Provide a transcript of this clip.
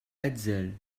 hetzel